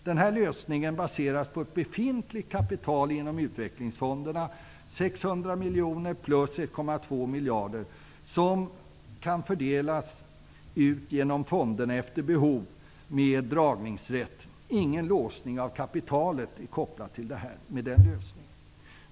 Den här lösningen baseras på ett befintligt kapital inom utvecklingsfonderna -- 600 miljoner plus 1,2 miljarder -- som kan fördelas genom fonderna efter behov, med dragningsrätt. Med den lösningen är ingen låsning av kapitalet kopplat till detta.